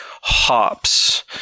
Hops